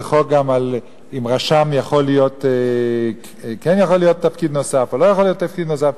חוק אם לרשם כן יכול להיות תפקיד נוסף או לא יכול להיות תפקיד נוסף,